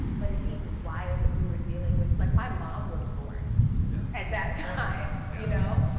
but it's even wild that we were dealing with. like, my mom was born at that time, you know,